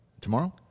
Tomorrow